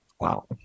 Wow